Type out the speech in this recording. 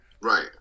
Right